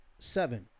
Seven